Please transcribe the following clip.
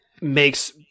makes